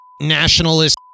nationalist